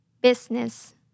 Business